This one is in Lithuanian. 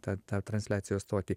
tą tą transliacijos stotį